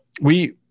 we-